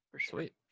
Sweet